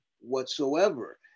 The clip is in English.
whatsoever